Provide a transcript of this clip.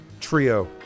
trio